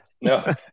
No